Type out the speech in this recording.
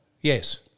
Yes